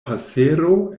pasero